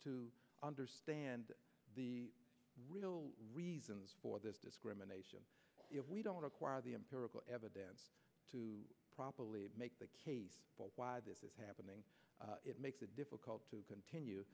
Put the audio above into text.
to understand the real reasons for this discrimination if we don't acquire the empirical evidence to properly make the case for why this is happening it makes it difficult to continue